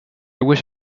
wish